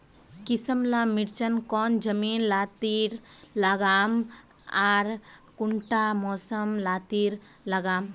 किसम ला मिर्चन कौन जमीन लात्तिर लगाम आर कुंटा मौसम लात्तिर लगाम?